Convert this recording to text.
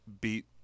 beat